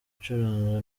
icuruzwa